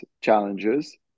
challenges